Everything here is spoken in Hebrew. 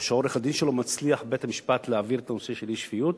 או שעורך-הדין שלו מצליח בבית-המשפט להעביר את הנושא של אי-שפיות,